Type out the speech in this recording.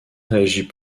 réagit